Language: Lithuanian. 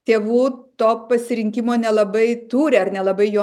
tėvų to pasirinkimo nelabai turi ar nelabai juo